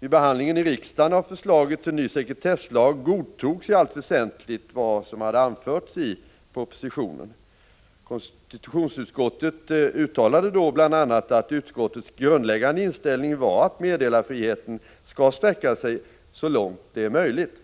Vid behandlingen i riksdagen av förslaget till ny sekretesslag godtogs i allt väsentligt vad som anförts i propositionen. Konstitutionsutskottet uttalade därvid bl.a. att utskottets grundläggande inställning var att meddelarfriheten skall sträcka sig så långt det är möjligt.